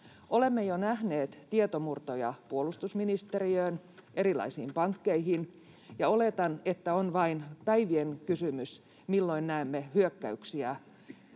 Olemme jo nähneet tietomurtoja puolustusministeriöön, erilaisiin pankkeihin, ja oletan, että on vain päivien kysymys, milloin näemme hyökkäyksiä